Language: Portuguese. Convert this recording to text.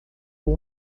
com